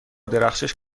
درخشش